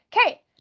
okay